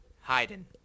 Haydn